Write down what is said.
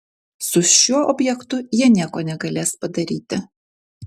su šiuo objektu jie nieko negalės padaryti